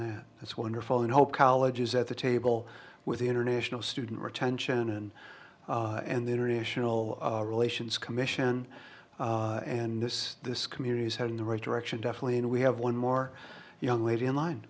this that's wonderful and hope colleges at the table with the international student retention and and the international relations commission and this this community has had the right direction definitely and we have one more young lady in line